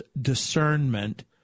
discernment